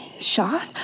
shot